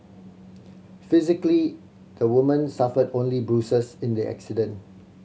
physically the woman suffered only bruises in the accident